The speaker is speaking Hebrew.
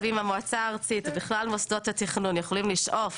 אם המועצה הארצית ובכלל מוסדות התכנון יכולים לשאוף